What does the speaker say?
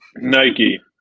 Nike